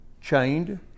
chained